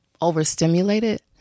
overstimulated